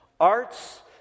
arts